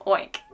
Oink